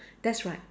that's right